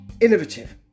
innovative